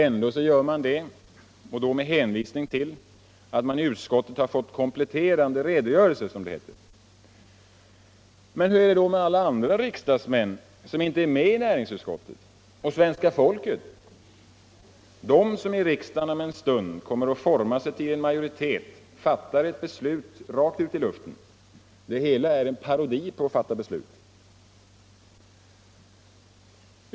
Ändå gör man det och då med hänvisning till att man i utskottet fått kompletterande redogörelser, som det heter. Men hur är det då med alla de riksdagsmän som inte är med i näringsutskottet — och svenska folket? De som i riksdagen om en stund kommer att forma sig till en majoritet fattar beslut rakt ut i luften. Det hela är en parodi på att fatta beslut.